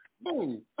Boom